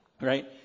right